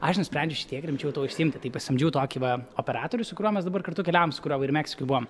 aš nusprendžiau šiek tiek rimčiau tuo užsiimti tai pasamdžiau tokį va operatorių su kuriuo mes dabar kartu keliaujam su kuriuo va ir meksikoj buvom